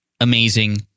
amazing